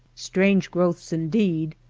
strange growths indeed!